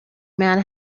man